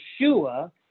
Yeshua